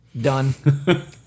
done